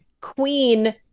queen